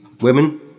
women